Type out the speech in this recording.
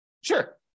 Sure